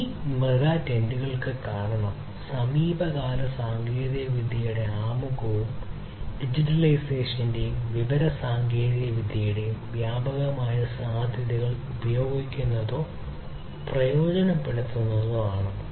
ഈ മെഗാട്രെൻഡുകൾക്ക് കാരണം സമീപകാല സാങ്കേതികവിദ്യകളുടെ ആമുഖവും ഡിജിറ്റലൈസേഷന്റെയും വിവരസാങ്കേതികവിദ്യകളുടെയും വ്യാപകമായ സാധ്യതകൾ ഉപയോഗിക്കുന്നതോ പ്രയോജനപ്പെടുത്തുന്നതോ ആണ്